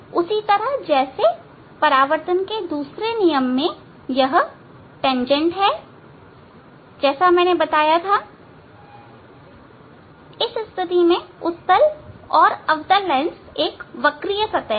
उसी तरह जैसे परावर्तन के दूसरे नियम में यह तेंजेंट है जैसा मैंने बताया था इस स्थिति में उत्तल और अवतल लेंस एक वक्रीय सतह है